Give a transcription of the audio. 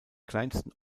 kleinsten